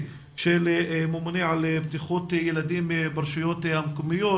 של ממונה על בטיחות ילדים ברשויות המקומיות.